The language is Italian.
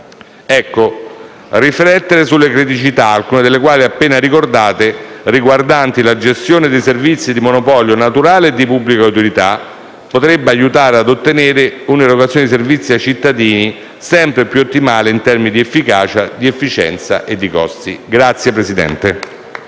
Ecco, riflettere sulle criticità, alcune delle quali sono quelle appena ricordate, riguardanti la gestione dei servizi di monopolio naturale e di pubblica utilità potrebbe aiutare a ottenere un'erogazione di servizi ai cittadini sempre più ottimale in termini di efficacia, di efficienza e di costi. *(Applausi